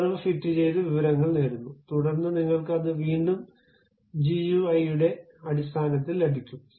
curve fit ചെയ്ത് വിവരങ്ങൾ നേടുന്നു തുടർന്ന് നിങ്ങൾക്ക് അത് വീണ്ടും ജിയുഐയുടെ അടിസ്ഥാനത്തിൽ ലഭിക്കും